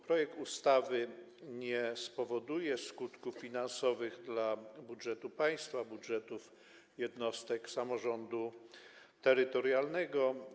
Projekt ustawy nie spowoduje skutków finansowych dla budżetu państwa ani budżetów jednostek samorządu terytorialnego.